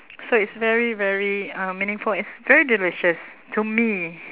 so it's very very uh meaningful and it's very delicious to me